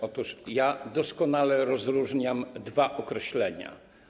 Otóż ja doskonale rozróżniam dwa określenia.